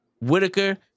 Whitaker